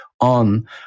on